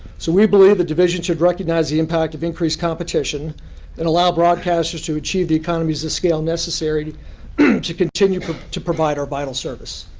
so we believe the division should recognize the impact of increased competition and allow broadcasters to achieve the economies of scale necessary to continue to provide our vital service.